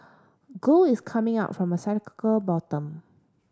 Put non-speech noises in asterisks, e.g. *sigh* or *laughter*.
gold is coming up from a *unintelligible* bottom